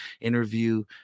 interview